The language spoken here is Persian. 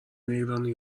ایرانی